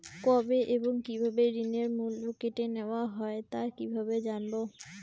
কবে এবং কিভাবে ঋণের মূল্য কেটে নেওয়া হয় তা কিভাবে জানবো?